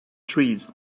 trees